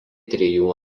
trijų